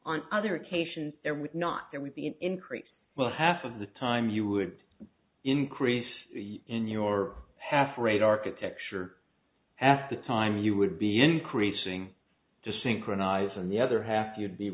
on other occasions there was not there would be an increase well half of the time you would increase in your half rate architecture half the time you would be increasing to synchronise and the other half you'd be